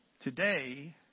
Today